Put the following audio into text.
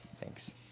Thanks